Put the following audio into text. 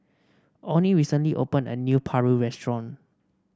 Onnie recently opened a new paru restaurant